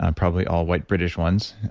um probably all white british ones,